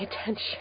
attention